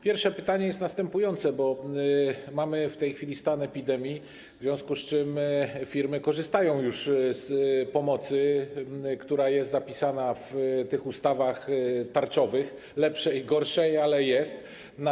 Pierwsze pytanie jest następujące, bo mamy w tej chwili stan epidemii, w związku z czym firmy korzystają już z pomocy, która jest zapisana w ustawach tarczowych, lepszej czy gorszej, ale jest ona.